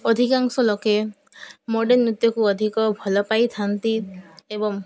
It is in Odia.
ଅଧିକାଂଶ ଲୋକେ ମଡ଼ର୍ନ ନୃତ୍ୟକୁ ଅଧିକ ଭଲ ପାଇଥାନ୍ତି ଏବଂ